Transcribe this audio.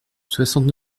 soixante